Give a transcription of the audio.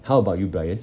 how about you brian